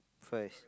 first